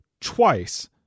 twice